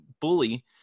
bully